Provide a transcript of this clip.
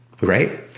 right